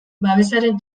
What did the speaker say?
babesaren